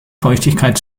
feuchtigkeit